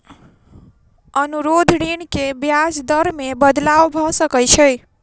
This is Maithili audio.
अनुरोध ऋण के ब्याज दर मे बदलाव भ सकै छै